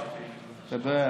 אתה יודע,